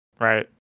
right